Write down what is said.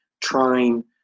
Trying